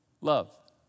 Love